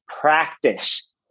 Practice